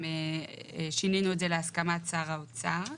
שינינו את זה להסכמת שר האוצר.